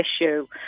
issue